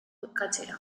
jokatzera